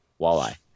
walleye